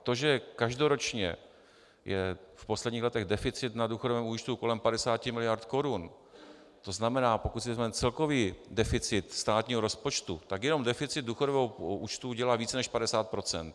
To, že každoročně je v posledních letech deficit na důchodovém účtu kolem 50 miliard korun, to znamená, pokud si vezmeme celkový deficit státního rozpočtu, tak jenom deficit důchodového účtu dělá více než 50 %.